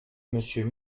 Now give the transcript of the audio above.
monsieur